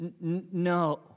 No